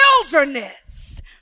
wilderness